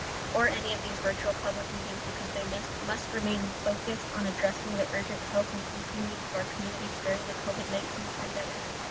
or any of these virtual public meetings, because they must must remain focused on addressing the urgent health and safety needs of our communities during the covid nineteen pandemic.